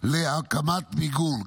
להקמת מיגון.